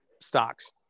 stocks